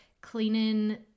cleaning